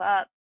up